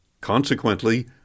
Consequently